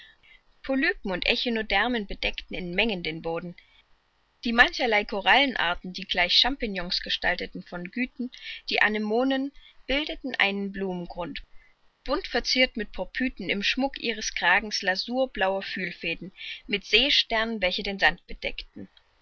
polypen und echinodermen bedeckten in menge den boden die mancherlei korallenarten die gleich champignons gestalteten fongiten die anemonen bildeten einen blumengrund bunt verziert mit porpiten im schmuck ihres kragens lasurblauer fühlfäden mit seesternen welche den sand bedeckten